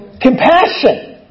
Compassion